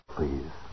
Please